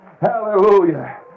Hallelujah